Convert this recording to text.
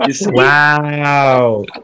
Wow